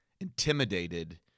intimidated